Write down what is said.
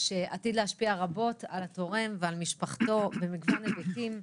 שעתיד להשפיע רבות על התורם ועל משפחתו במגוון היבטים.